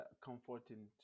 comforting